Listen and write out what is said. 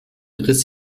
riss